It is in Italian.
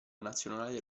nazionale